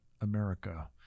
America